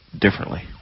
differently